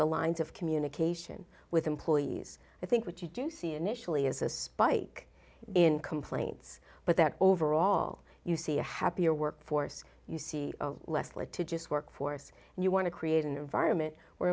the lines of communication with employees i think what you do see initially is a spike in complaints but that overall you see a happier workforce you see less litigious workforce and you want to create an environment where